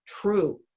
true